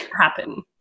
happen